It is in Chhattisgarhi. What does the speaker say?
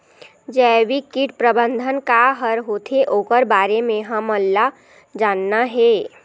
जैविक कीट प्रबंधन का हर होथे ओकर बारे मे हमन ला जानना हे?